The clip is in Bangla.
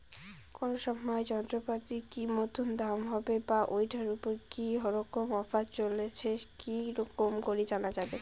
কোন সময় যন্ত্রপাতির কি মতন দাম হবে বা ঐটার উপর কি রকম অফার চলছে কি রকম করি জানা যাবে?